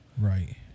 right